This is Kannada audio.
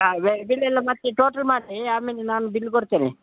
ಹಾಂ ಬಿಲ್ಲೆಲ್ಲ ಮಾಡಿಸಿ ಟೋಟಲ್ ಮಾಡಿಸಿ ಆಮೇಲೆ ನಾನು ಬಿಲ್ ಕೊಡ್ತೇನೆ